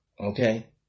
okay